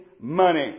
money